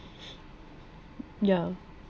yeah